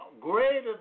greater